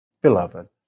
Beloved